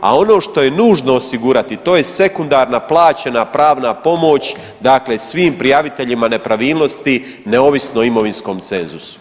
a ono što je nužno osigurati to je sekundarna plaćena pravna pomoć, dakle svim prijaviteljima nepravilnosti neovisno o imovinskom cenzusu.